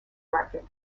record